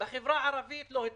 בחברה הערבית לא הצליחו.